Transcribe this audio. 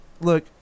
look